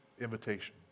invitation